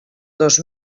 dos